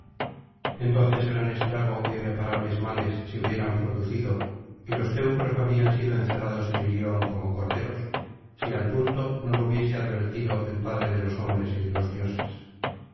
entonces gran estrago é irreparables males se hubieran producido y los teucros habrían sido encerrados en ilion como corderos si al punto no lo hubiese advertido el padre de los hombres y de los dioses